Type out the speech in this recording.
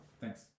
thanks